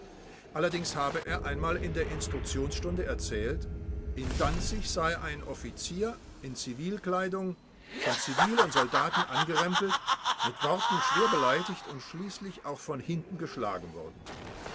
allerdings habe er einmal in der instruktionsstunde erzählt in danzig sei ein offizier in zivilkleidung von zivil und soldaten angerempelt mit worten schwer beleidigt und schließlich auch von hinten geschlagen worden